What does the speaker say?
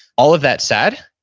all of that said,